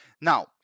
Now